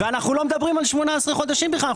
ואנחנו לא מדברים על 18 חודשים בכלל,